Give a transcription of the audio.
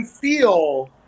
feel